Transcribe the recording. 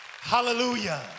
Hallelujah